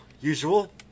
usual